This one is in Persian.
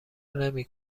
نمی